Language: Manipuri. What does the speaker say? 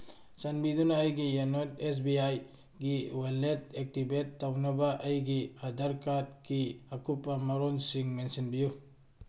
ꯆꯥꯟꯕꯤꯗꯨꯅ ꯑꯩꯒꯤ ꯌꯣꯅꯣꯏꯠ ꯑꯦꯁ ꯕꯤ ꯑꯥꯏꯒꯤ ꯋꯦꯂꯦꯠ ꯑꯦꯛꯇꯤꯚꯦꯠ ꯇꯧꯅꯕ ꯑꯩꯒꯤ ꯑꯙꯥꯔ ꯀꯥꯔꯠꯀꯤ ꯑꯀꯨꯞꯄ ꯃꯔꯣꯜꯁꯤꯡ ꯃꯦꯟꯁꯤꯟꯕꯤꯌꯨ